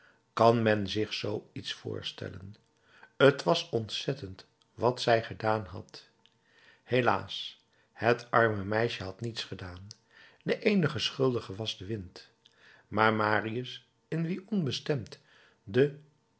kan men zich zoo iets voorstellen t was ontzettend wat zij gedaan had helaas het arme meisje had niets gedaan de eenige schuldige was de wind maar marius in wien onbestemd de